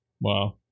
Wow